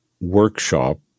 workshop